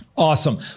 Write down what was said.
Awesome